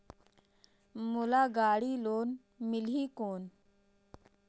मोला गाड़ी लोन मिलही कौन?